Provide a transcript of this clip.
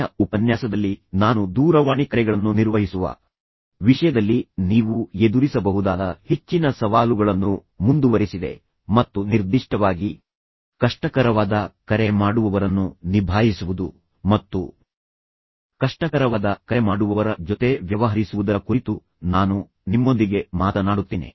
ಕೊನೆಯ ಉಪನ್ಯಾಸದಲ್ಲಿ ನಾನು ದೂರವಾಣಿ ಕರೆಗಳನ್ನು ನಿರ್ವಹಿಸುವ ವಿಷಯದಲ್ಲಿ ನೀವು ಎದುರಿಸಬಹುದಾದ ಹೆಚ್ಚಿನ ಸವಾಲುಗಳನ್ನು ಮುಂದುವರೆಸಿದೆ ಮತ್ತು ನಿರ್ದಿಷ್ಟವಾಗಿ ಕಷ್ಟಕರವಾದ ಕರೆ ಮಾಡುವವರನ್ನು ನಿಭಾಯಿಸುವುದು ಮತ್ತು ಕಷ್ಟಕರವಾದ ಕರೆ ಮಾಡುವವರ ವಿಷಯದಲ್ಲಿ ಕೋಪಗೊಂಡ ಕರೆ ಮಾಡುವವರ ಜೊತೆ ವ್ಯವಹರಿಸುವುದರ ಕುರಿತು ನಾನು ನಿಮ್ಮೊಂದಿಗೆ ಮಾತನಾಡುತ್ತೇನೆ